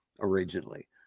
originally